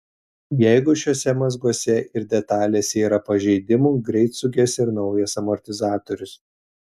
jeigu šiuose mazguose ir detalėse yra pažeidimų greit suges ir naujas amortizatorius